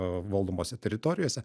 valdomose teritorijose